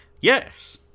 Yes